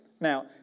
Now